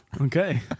Okay